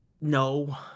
no